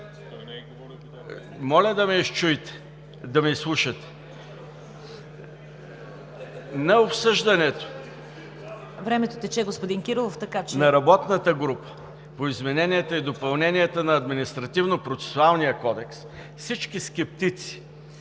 (Шум и реплики от „БСП за България“.) На обсъждането на работната група по измененията и допълненията на Административнопроцесуалния кодекс всички скептици